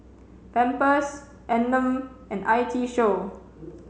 Pampers Anmum and I T Show